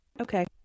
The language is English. Okay